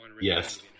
Yes